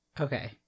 Okay